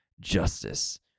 Justice